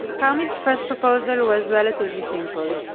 karmi's first proposal was relatively simple.